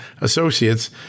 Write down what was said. associates